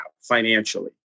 financially